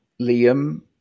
Liam